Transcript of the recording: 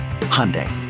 Hyundai